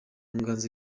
nganzo